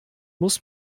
muss